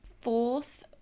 Fourth